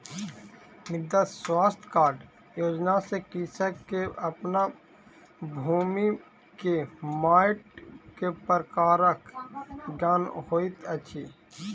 मृदा स्वास्थ्य कार्ड योजना सॅ कृषक के अपन भूमि के माइट के प्रकारक ज्ञान होइत अछि